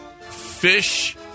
fish